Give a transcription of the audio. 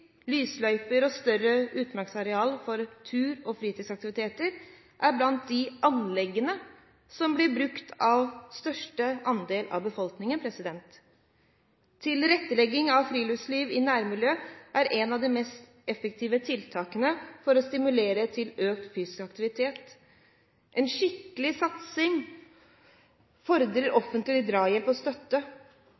lysløyper og større utmarksareal for turer og fritidsaktiviteter er blant de anleggene som blir brukt av størstedelen av befolkningen. Tilrettelegging for friluftsliv i nærmiljøet er et av de mest effektive tiltakene for å stimulere til økt fysisk aktivitet. En skikkelig satsing fordrer